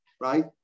Right